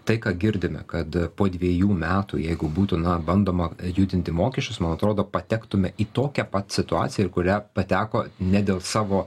tai ką girdime kad po dvejų metų jeigu būtų na bandoma judinti mokesčius man atrodo patektume į tokią pat situaciją ir kurią pateko ne dėl savo